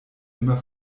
immer